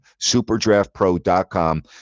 superdraftpro.com